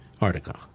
article